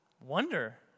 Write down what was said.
wonder